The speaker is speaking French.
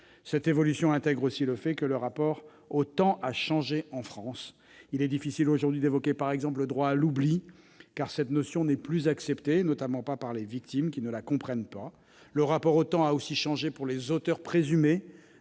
Cette évolution intègre aussi le fait que le rapport au temps a changé en France. Il est difficile d'évoquer aujourd'hui le droit à l'oubli, car cette notion n'est plus acceptée : les victimes ne la comprennent pas. Le rapport au temps a aussi changé pour les auteurs présumés